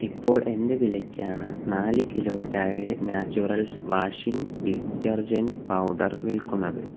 ഇപ്പോൾ എന്ത് വിലയ്ക്കാണ് നാല് kilo Tide Naturals washing detergent powder വിൽക്കുന്നത്